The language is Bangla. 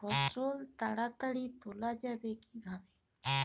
ফসল তাড়াতাড়ি তোলা যাবে কিভাবে?